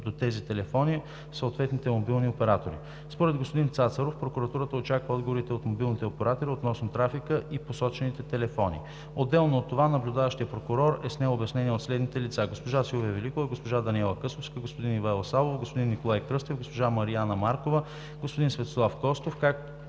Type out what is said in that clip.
до тези телефони, в съответните мобилни оператори. Според господин Цацаров прокуратурата очаква отговорите от мобилните оператори относно трафика и посочените телефони. Отделно от това наблюдаващият прокурор е снел обяснения от следните лица: госпожа Силвия Великова, госпожа Даниела Късовска, господин Ивайло Савов, господин Николай Кръстев, госпожа Мариана Маркова, господин Светослав Костов,